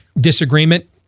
disagreement